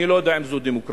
אני לא יודע אם זו דמוקרטיה,